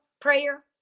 prayer